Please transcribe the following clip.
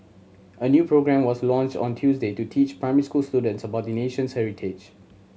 a new programme was launched on Tuesday to teach primary school students about the nation's heritage